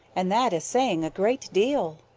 and that is saying a great deal.